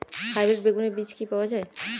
Hybrid বেগুনের বীজ কি পাওয়া য়ায়?